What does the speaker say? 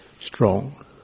strong